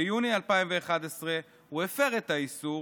ביוני 2011 הוא הפר את האיסור,